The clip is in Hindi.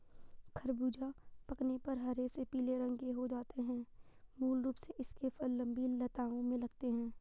ख़रबूज़ा पकने पर हरे से पीले रंग के हो जाते है मूल रूप से इसके फल लम्बी लताओं में लगते हैं